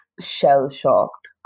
shell-shocked